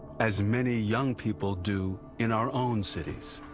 as many young people do in our own cities.